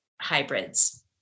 hybrids